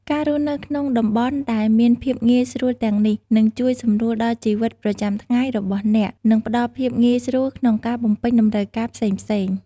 ការរស់នៅក្នុងតំបន់ដែលមានភាពងាយស្រួលទាំងនេះ នឹងជួយសម្រួលដល់ជីវិតប្រចាំថ្ងៃរបស់អ្នក និងផ្ដល់ភាពងាយស្រួលក្នុងការបំពេញតម្រូវការផ្សេងៗ។